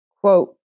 quote